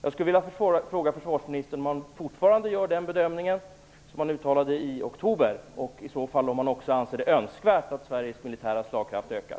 Jag vill fråga försvarsministern om han fortfarande gör den bedömning som han uttalade i oktober och i så fall om han anser det önskvärt att Sveriges militära slagkraft ökar.